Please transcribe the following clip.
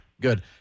Good